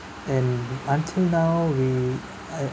and until now we I